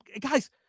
guys